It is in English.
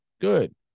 Good